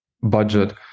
budget